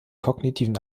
kognitiven